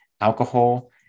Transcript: alcohol